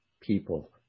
people